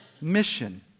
mission